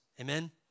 amen